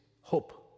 hope